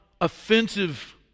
offensive